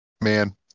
Man